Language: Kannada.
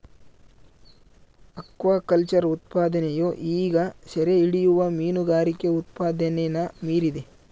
ಅಕ್ವಾಕಲ್ಚರ್ ಉತ್ಪಾದನೆಯು ಈಗ ಸೆರೆಹಿಡಿಯುವ ಮೀನುಗಾರಿಕೆ ಉತ್ಪಾದನೆನ ಮೀರಿದೆ